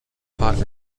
part